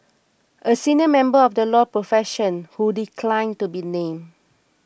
a senior member of the law profession who declined to be named